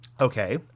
Okay